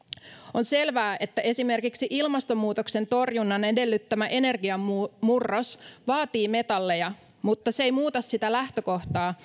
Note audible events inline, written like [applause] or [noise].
on selvää että esimerkiksi ilmastonmuutoksen torjunnan edellyttämä energiamurros vaatii metalleja mutta se ei muuta sitä lähtökohtaa [unintelligible]